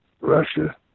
Russia